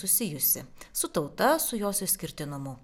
susijusi su tauta su jos išskirtinumu